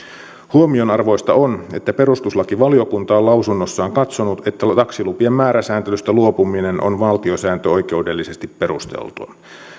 huomionarvoista on että perustuslakivaliokunta on lausunnossaan katsonut että taksilupien määräsääntelystä luopuminen on valtiosääntöoikeudellisesti perusteltua